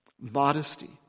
modesty